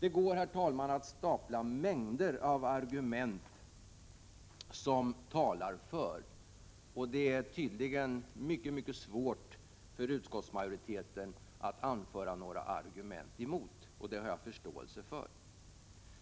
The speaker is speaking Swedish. Det går, herr talman, att på varandra stapla mängder av argument som talar för, men tydligen är det mycket svårt för utskottsmajoriteten att anföra några argument emot, och det har jag förståelse för.